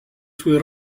sue